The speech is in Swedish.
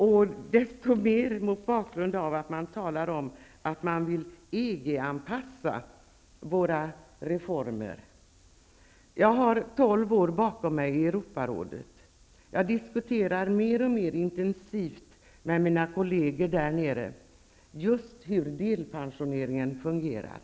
Detta desto mer mot bakgrund av att man vill EG anpassa våra reformer. Jag har 12 år bakom mig i Europarådet. Mer och mer intensivt diskuterar jag med mina kolleger i det övriga Europa om hur just delpensioneringen fungerar.